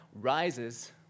rises